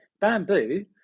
bamboo